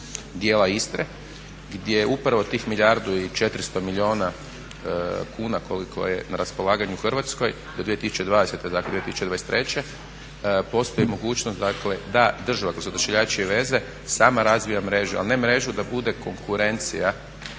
dijela Istre gdje upravi tih milijardu i 400 milijuna kuna koliko je na raspolaganju Hrvatskoj do 2020., dakle 2023., postoji mogućnost dakle da država odnosno Odašiljači i veze sama razvija mrežu, ali ne mrežu da bude konkurencija